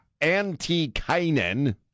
Antikainen